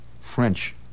French